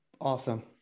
Awesome